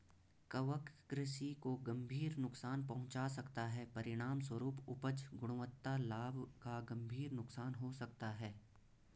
कवक कृषि को गंभीर नुकसान पहुंचा सकता है, परिणामस्वरूप उपज, गुणवत्ता, लाभ का गंभीर नुकसान हो सकता है